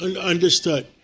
Understood